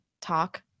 talk